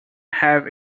have